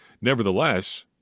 Nevertheless